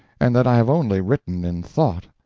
and that i have only written in thought